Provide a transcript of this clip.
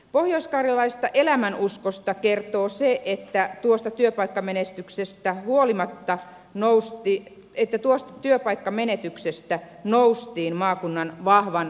pohjoiskarjalaisesta elämänuskosta kertoo se että tuosta työpaikka menestyksestä huolimatta nouseviin että tuosta työpaikkamenetyksestä noustiin maakunnan vahvan yhteishengen ansiosta